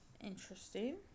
Interesting